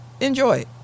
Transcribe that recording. enjoy